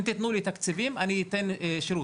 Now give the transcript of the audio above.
אם תתנו לי תקציבים אני אתן לכם שירות,